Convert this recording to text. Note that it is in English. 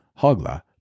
Hogla